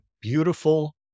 beautiful